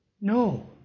No